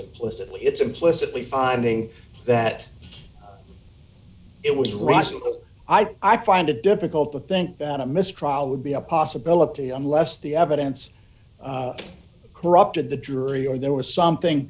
implicitly it's implicitly finding that it was russell i find it difficult to think that a mistrial would be a possibility unless the evidence corrupted the jury or there was something